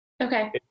Okay